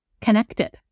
connected